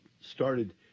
started